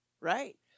right